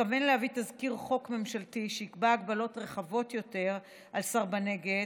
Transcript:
מתכוון להביא תזכיר חוק ממשלתי שיקבע הגבלות רחבות יותר על סרבני גט,